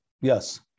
Yes